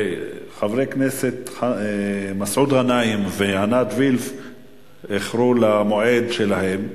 חברי הכנסת מסעוד גנאים ועינת וילף איחרו למועד שלהם.